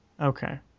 Okay